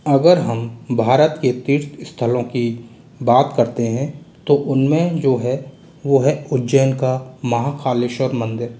अगर हम भारत के तीर्थ स्थलों की बात करते हैं तो उनमें जो है वह है उज्जैन का महाकालेश्वर मंदिर